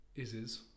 ISIS